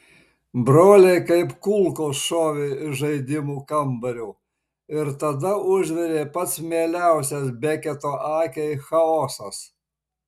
broliai kaip kulkos šovė iš žaidimų kambario ir tada užvirė pats mieliausias beketo akiai chaosas